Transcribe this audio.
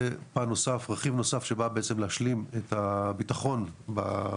זה רכיב נוסף שבא בעצם להשלים את הביטחון במעברים.